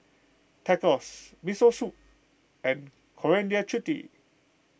Tacos Miso Soup and Coriander Chutney